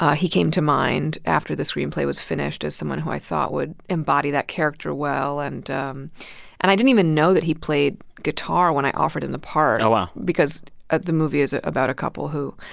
ah he came to mind after the screenplay was finished as someone who i thought would embody that character well. and um and i didn't even know that he played guitar when i offered him the part. oh, wow. because ah the movie is about a couple who.